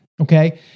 Okay